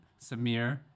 Samir